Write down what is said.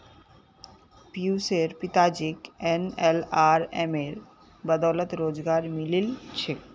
पियुशेर पिताजीक एनएलआरएमेर बदौलत रोजगार मिलील छेक